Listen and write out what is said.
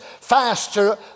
faster